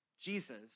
Jesus